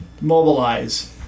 mobilize